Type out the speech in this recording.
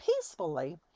peacefully